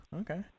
Okay